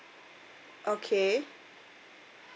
okay